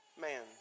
man